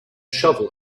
shovel